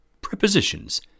Prepositions